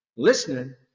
Listening